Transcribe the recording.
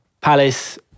Palace